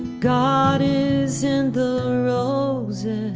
god is in the roses